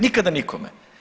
Nikada nikome.